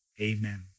Amen